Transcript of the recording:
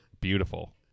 beautiful